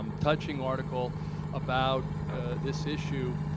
um touching article about this issue,